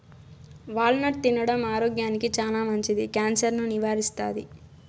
wall నట్ తినడం ఆరోగ్యానికి చానా మంచిది, క్యాన్సర్ ను నివారిస్తాది